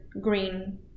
green